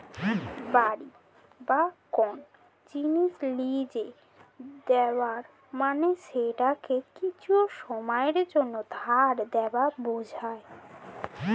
বাড়ি বা কোন জিনিস লীজে দেওয়া মানে সেটাকে কিছু সময়ের জন্যে ধার দেওয়া বোঝায়